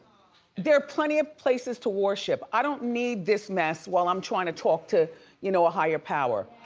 there are plenty of places to worship. i don't need this mess while i'm trying to talk to you know a higher power